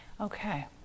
Okay